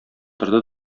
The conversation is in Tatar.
торды